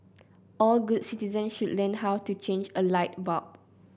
all good citizens should learn how to change a light bulb